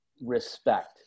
respect